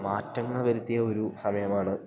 മാറ്റങ്ങൾ വരുത്തിയ ഒരു സമയമാണ്